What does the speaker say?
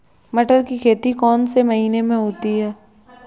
मटर की खेती कौन से महीने में होती है?